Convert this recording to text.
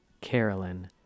Carolyn